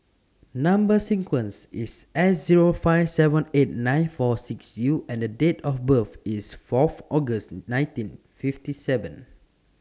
Number sequence IS S Zero five seven eight nine four six U and The Date of birth IS Fourth August nineteen fifty seven